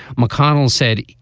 mcconnell said.